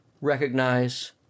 recognize